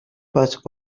but